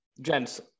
Gents